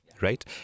right